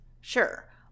sure